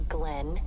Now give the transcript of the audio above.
Glenn